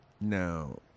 Now